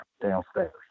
downstairs